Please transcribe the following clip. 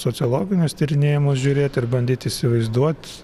sociologinius tyrinėjimus žiūrėti ir bandyt įsivaizduot